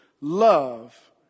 love